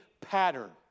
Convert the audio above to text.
pattern